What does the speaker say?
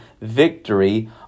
victory